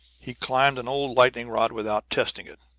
he climbed an old lightning-rod without testing it